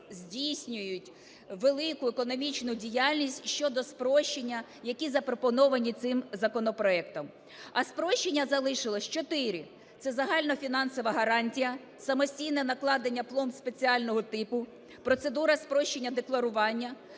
здійснюють велику економічну діяльність щодо спрощення, які запропоновані цим законопроектом. А спрощення залишилося чотири: це загальна фінансова гарантія, самостійне накладення пломб спеціального типу, процедура спрощення декларування,